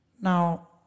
Now